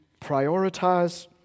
prioritize